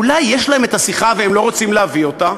אולי יש להם את השיחה והם לא רוצים להביא אותה?